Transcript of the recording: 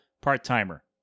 part-timer